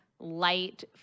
light